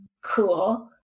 Cool